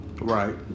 Right